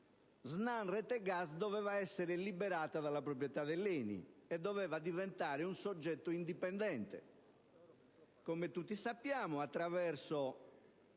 SNAM Rete Gas doveva essere liberata dalla proprietà dell'ENI e doveva diventare un soggetto indipendente. Come tutti sappiamo, attraverso